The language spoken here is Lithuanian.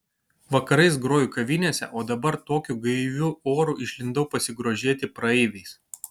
vakarais groju kavinėse o dabar tokiu gaiviu oru išlindau pasigrožėti praeiviais